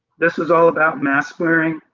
this is all about mask wearing.